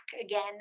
again